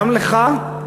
גם לך,